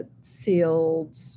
sealed